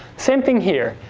same thing here.